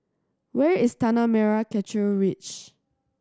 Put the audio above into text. where is Tanah Merah Kechil Ridge